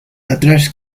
atrás